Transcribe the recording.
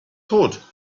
tot